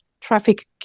traffic